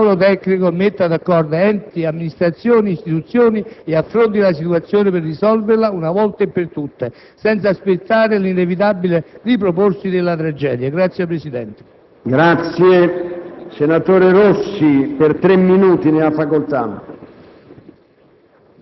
ad un tavolo tecnico che metta d'accordo enti, amministrazioni e istituzioni e affronti la situazione per risolverla una volta per tutte, senza aspettare l'inevitabile riproporsi della tragedia. PRESIDENTE.